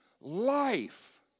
life